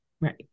right